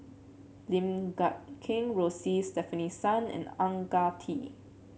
Lim Guat Kheng Rosie Stefanie Sun and Ang Ah Tee